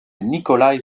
nikolaï